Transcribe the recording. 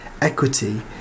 equity